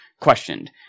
questioned